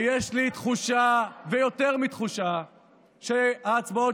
ויש לי תחושה ויותר מתחושה שההצבעות